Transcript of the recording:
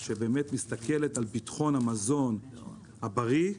שמסתכלת על ביטחון המזון הבריא.